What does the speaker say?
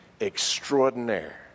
extraordinaire